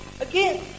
again